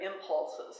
impulses